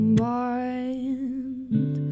mind